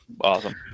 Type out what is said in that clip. awesome